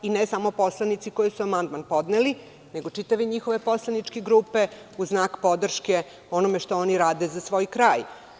I ne samo poslanici koji su amandman podneli, nego čitave njihove poslaničke grupe u znak podrške onome što oni rade za svoj kraj.